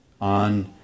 on